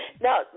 Now